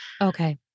Okay